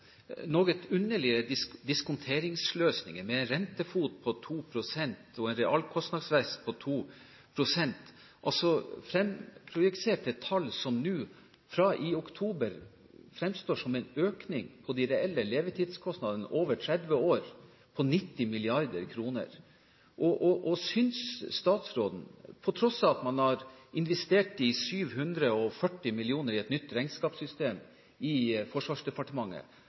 med rentefot på 2 pst., og en realkostnadsvekst på 2 pst., altså fremprojiserte tall, gjør at det fra i oktober fremstår som om det er en økning på de reelle levetidskostnadene over 30 år på 90 mrd. kr. Synes statsråden, på tross av at man har investert 740 mill. kr i et nytt regnskapssystem i Forsvarsdepartementet,